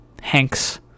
Hanks